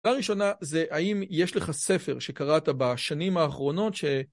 לראשונה זה האם יש לך ספר שקראת בשנים האחרונות ש...